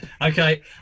Okay